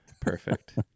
Perfect